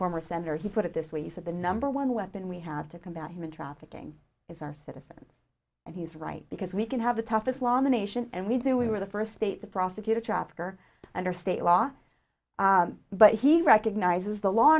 former senator he put it this way he said the number one weapon we have to combat human trafficking is our citizens and he's right because we can have the toughest law nation and we do we were the first state to prosecute a trafficker under state law but he recognizes the law